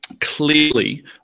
clearly